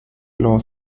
law